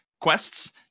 quests